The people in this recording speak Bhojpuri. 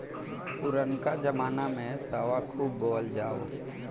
पुरनका जमाना में सावा खूब बोअल जाओ